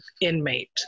inmate